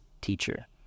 teacher